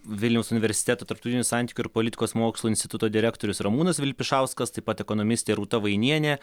vilniaus universiteto tarptautinių santykių ir politikos mokslų instituto direktorius ramūnas vilpišauskas taip pat ekonomistė rūta vainienė